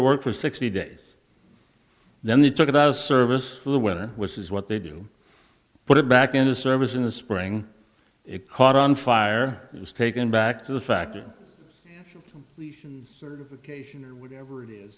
work for sixty days then they took it out of service for the weather which is what they do put it back into service in the spring it caught on fire it was taken back to the factory certification or whatever it is